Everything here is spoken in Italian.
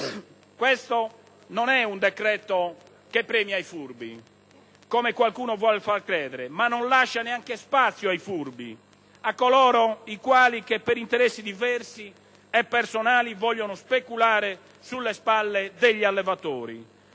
Questo non è un decreto che premia i furbi, come qualcuno vuol far credere, ma non lascia neanche spazio ai furbi, a coloro i quali, per interessi diversi e personali, vogliono speculare sulle spalle degli allevatori.